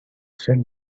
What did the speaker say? said